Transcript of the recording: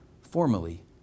formally